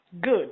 Good